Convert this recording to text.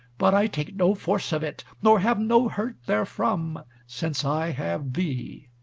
but i take no force of it, nor have no hurt therefrom since i have thee.